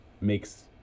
makes